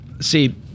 See